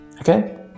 Okay